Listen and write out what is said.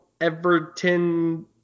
Everton